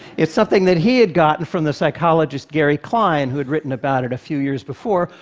it's something that he had gotten from the psychologist gary klein, who had written about it a few years before,